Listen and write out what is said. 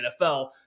NFL